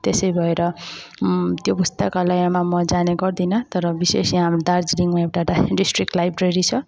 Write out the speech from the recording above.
त्यसै भएर त्यो पुस्तकालयमा म जाने गर्दिनँ तर विशेष यहाँ हाम्रो दार्जिलिङमा एउटा डा डिस्ट्रिक्ट लाइब्रेरी छ